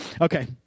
Okay